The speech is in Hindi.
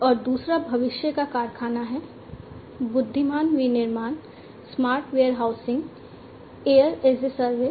और दूसरा भविष्य का कारखाना है बुद्धिमान विनिर्माण smart warehousing air as a service